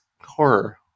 horror